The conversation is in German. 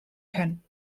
können